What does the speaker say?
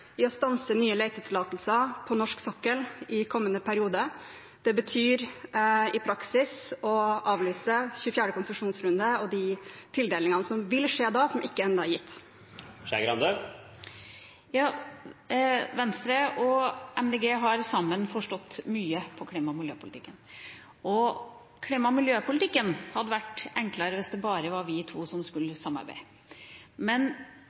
i å stanse nye letetillatelser på norsk sokkel i kommende periode. Det betyr i praksis å avlyse 24. konsesjonsrunde og de tildelingene som vil skje da som ikke ennå er gitt. Venstre og Miljøpartiet De Grønne har sammen forstått mye i klima- og miljøpolitikken. Klima- og miljøpolitikken hadde vært enklere hvis det bare var vi to som skulle samarbeide. Men